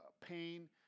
pain